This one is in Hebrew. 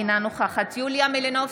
אינה נוכחת יוליה מלינובסקי,